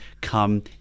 come